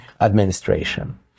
administration